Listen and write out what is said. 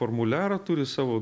formuliarą turi savo